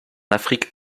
afrique